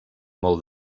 molt